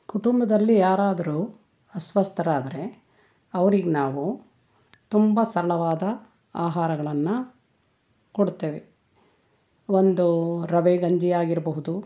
ಕುಟುಂಬದಲ್ಲಿ ಯಾರಾದರೂ ಅಸ್ವಸ್ಥರಾದರೆ ಅವ್ರಿಗೆ ನಾವು ತುಂಬ ಸರಳವಾದ ಆಹಾರಗಳನ್ನು ಕೊಡ್ತೇವೆ ಒಂದು ರವೆ ಗಂಜಿ ಆಗಿರಬಹುದು